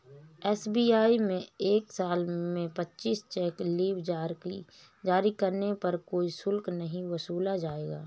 SBI में एक साल में पच्चीस चेक लीव जारी करने पर कोई शुल्क नहीं वसूला जाएगा